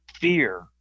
fear